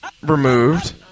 removed